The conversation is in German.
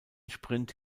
sprint